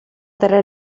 tra